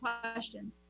question